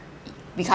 we come